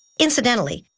incidentally,